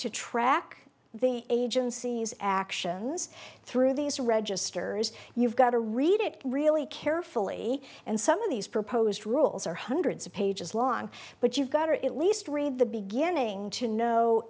to track the agency's actions through these registers you've got to read it really carefully and some of these proposed rules are hundreds of pages long but you've got or at least read the beginning to know